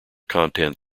content